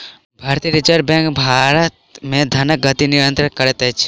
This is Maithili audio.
भारतीय रिज़र्व बैंक भारत मे धनक गति नियंत्रित करैत अछि